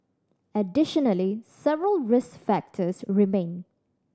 additionally several risk factors remain